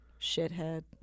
Shithead